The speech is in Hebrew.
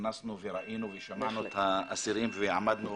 נכנסנו וראינו ושמענו את האסירים ועמדנו